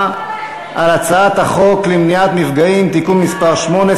להצבעה על הצעת חוק למניעת מפגעים (תיקון מס' 8)